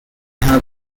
hebrew